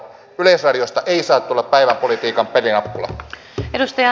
yleisradiosta ei saa tulla päivänpolitiikan pelinappulaa